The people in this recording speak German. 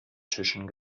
tischen